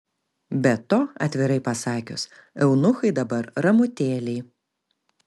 be to atvirai pasakius eunuchai dabar ramutėliai